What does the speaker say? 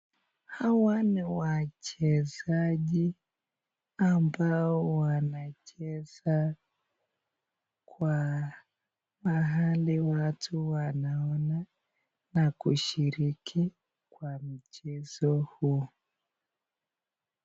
Hawa ni wachezaji ambao wanacheza kwa mahali watu wanaona na kushiriki kwa mchezo huo.